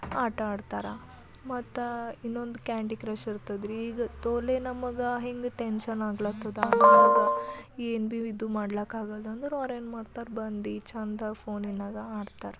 ಆಟಾಡ್ತಾರೆ ಮತ್ತು ಇನ್ನೊಂದು Candy Crush ಇರ್ತದ್ರಿ ಈಗ ತೋಲೆ ನಮಗೆ ಹಿಂಗೆ ಟೆನ್ಷನ್ ಆಗ್ಲತ್ತದ ಆವಾಗ ಏನು ಭೀ ಇದು ಮಾಡ್ಲಕ್ಕಾಗಲ್ದು ಅಂದ್ರೆ ಅವ್ರೇನು ಮಾಡ್ತಾರೆ ಬಂದು ಛಂದಾಗ್ ಫೋನಿನಾಗ ಆಡ್ತಾರೆ